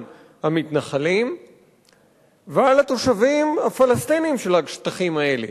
המתנחלים ועל התושבים הפלסטינים של השטחים האלה.